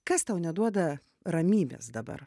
kas tau neduoda ramybės dabar